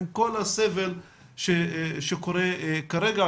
עם כל הסבל שקורה כרגע,